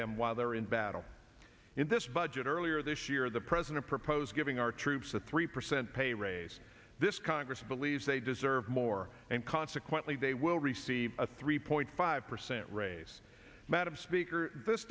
them while they're in battle in this budget earlier this year the president proposed giving our troops a three percent pay raise this congress believes they deserve more and consequently they will receive a three point five percent raise madam speaker this